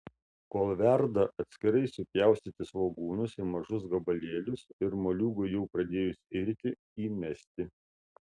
kol verda atskirai supjaustyti svogūnus į mažus gabalėlius ir moliūgui jau pradėjus irti įmesti